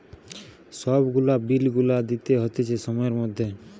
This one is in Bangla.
সব গুলা বিল গুলা দিতে হতিছে সময়ের মধ্যে